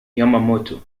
yamamoto